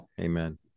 Amen